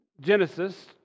Genesis